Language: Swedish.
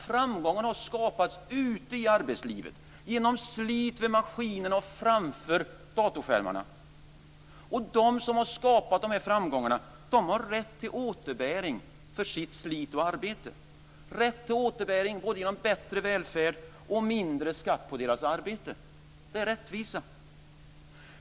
Framgångarna har skapats ute i arbetslivet, genom slit vid maskinen och framför datorskärmarna. De som har skapat de här framgångarna har rätt till återbäring för sitt slit och arbete, rätt till återbäring genom både bättre välfärd och mindre skatt på deras arbete. Det är rättvisa.